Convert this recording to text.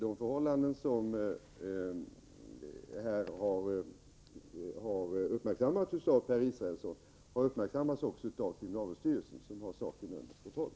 De förhållanden som här har uppmärksammats av Per Israelsson har uppmärksammats också av kriminalvårdsstyrelsen, som har saken under kontroll.